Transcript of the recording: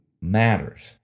matters